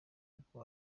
kuko